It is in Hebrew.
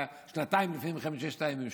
שנתיים לפני מלחמת ששת הימים,